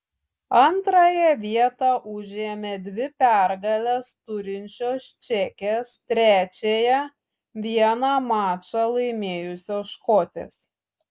antrąją vietą užėmė dvi pergales turinčios čekės trečiąją vieną mačą laimėjusios škotės